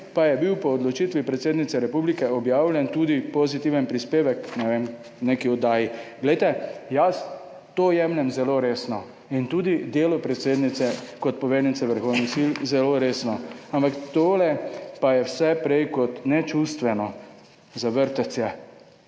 pa je bil po odločitvi predsednice republike objavljen tudi pozitiven prispevek k, ne vem, v neki oddaji. Glejte, jaz to jemljem zelo resno in tudi delo predsednice kot poveljnice vrhovnih sil zelo resno, ampak tole pa je vse prej kot ne čustveno, za vrtec je.